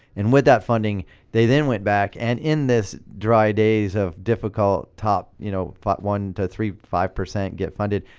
and with that funding they then went back and in this dry days of difficult top you know one to three, five percent get funded,